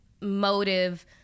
motive